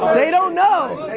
they don't know.